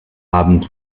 abend